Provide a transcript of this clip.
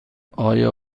آیا